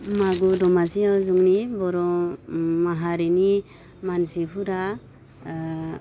मागो दमासियाव जोंनि बर' माहारिनि मानसिफोरा